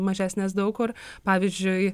mažesnės daug kur pavyzdžiui